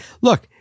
look